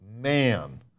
man